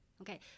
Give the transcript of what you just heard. Okay